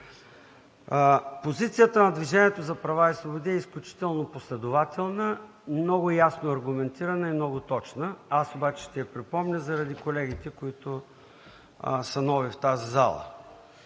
Позицията на „Движението за права и свободи“ е изключително последователна, много ясно аргументирана и много точна. Аз обаче ще я припомня заради колегите, които са нови в тази зала.